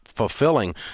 fulfilling